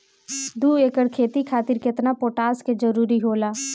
दु एकड़ खेती खातिर केतना पोटाश के जरूरी होला?